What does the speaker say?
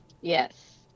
Yes